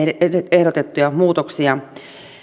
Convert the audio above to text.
ehdotettuja muutoksia